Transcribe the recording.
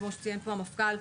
כמו שציין פה המפכ"ל,